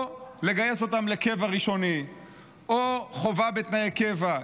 או לגייס אותם לקבע ראשוני או חובה בתנאי קבע,